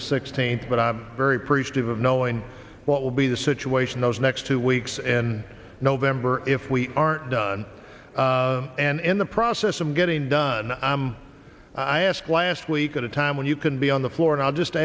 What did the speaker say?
the sixteenth but i'm very priest of knowing what will be the situation those next two weeks and november if we aren't done and in the process of getting done i'm i asked last week at a time when you can be on the floor and i'll just